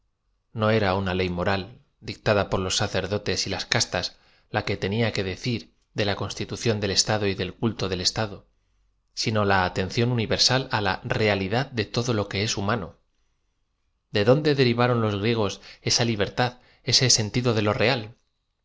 no era una le y moral dictada por los sacerdotes y las castas la que tenía que deci dir de la conatitución del estado y del culto del esta do sino la atención universal á la realidad de todo lo que e humano de dónde derivaron los griegos esa lí bertad ese sentido de lo real